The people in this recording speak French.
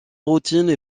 routines